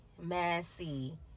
Messy